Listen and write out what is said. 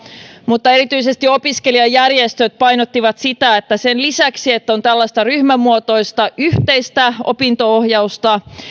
mutta erityisesti opiskelijajärjestöt painottivat sitä että sen lisäksi että on tällaista ryhmämuotoista yhteistä opinto ohjausta